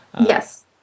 Yes